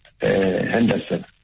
Henderson